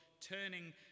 turning